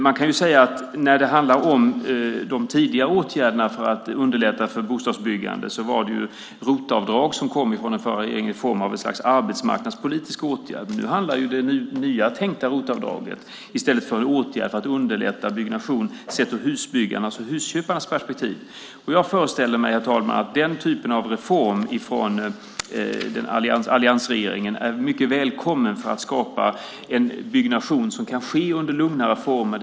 Man kan säga att när det handlar om de tidigare åtgärderna för att underlätta för bostadsbyggande var det ROT-avdrag som kom från den förra regeringen i form av ett slags arbetsmarknadspolitisk åtgärd. Det nya ROT-avdraget är i stället tänkt som en åtgärd för att underlätta byggnation sett ur husbyggarnas och husköparnas perspektiv. Jag föreställer mig att den typen av reform från alliansregeringen är mycket välkommen för att skapa en byggnation som kan ske under lugnare former.